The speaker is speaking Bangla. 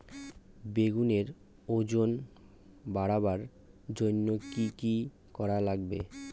বেগুনের ওজন বাড়াবার জইন্যে কি কি করা লাগবে?